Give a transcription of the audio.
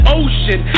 ocean